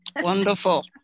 Wonderful